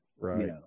Right